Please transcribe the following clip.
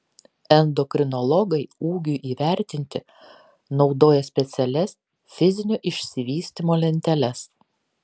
endokrinologai ūgiui įvertinti naudoja specialias fizinio išsivystymo lenteles